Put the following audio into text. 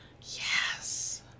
Yes